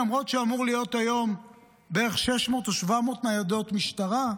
למרות שאמורות להיות היום בערך 600 או 700 ניידות משטרה,